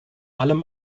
allem